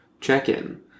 check-in